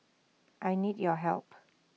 I need your help